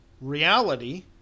reality